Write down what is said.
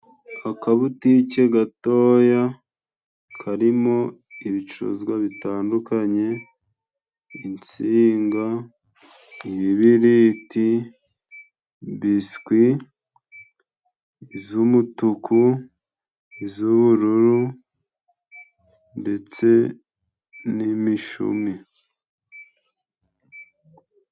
Akabutike gatoya ,karimo ibicuruzwa bitandukanye:insinga ,ibibiriti ,biswi z'umutuku, iz'ubururu, ndetse n'imishumi.